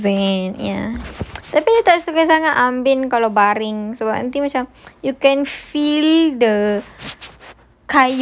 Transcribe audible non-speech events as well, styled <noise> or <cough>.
<laughs> zen ya tapi tak kisah sangat ambin kalau baring sebab nanti macam you can feel the